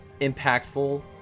impactful